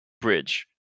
bridge